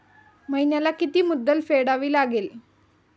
महिन्याला किती मुद्दल फेडावी लागेल?